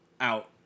out